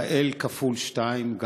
יעל כפול שתיים,